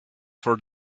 for